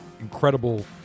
incredible